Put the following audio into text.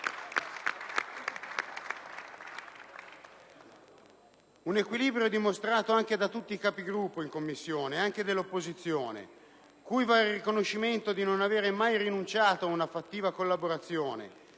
Un equilibrio dimostrato anche da tutti i Capigruppo in Commissione, anche dell'opposizione, cui va il riconoscimento di non avere mai rinunciato ad una fattiva collaborazione,